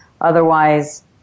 Otherwise